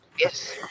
Yes